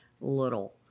little